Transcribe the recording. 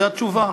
זו התשובה.